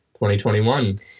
2021